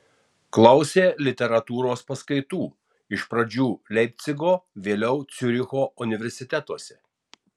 klausė literatūros paskaitų iš pradžių leipcigo vėliau ciuricho universitetuose